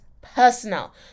personal